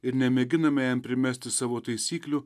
ir nemėginame jam primesti savo taisyklių